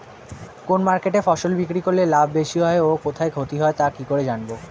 কোন মার্কেটে ফসল বিক্রি করলে লাভ বেশি হয় ও কোথায় ক্ষতি হয় তা কি করে জানবো?